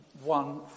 one